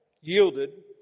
yielded